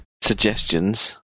suggestions